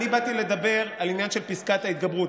אני באתי לדבר על העניין של פסקת ההתגברות.